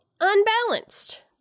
unbalanced